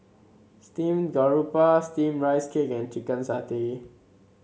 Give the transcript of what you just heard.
Steamed Garoupa steamed Rice Cake and Chicken Satay